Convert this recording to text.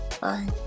Bye